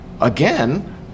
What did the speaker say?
again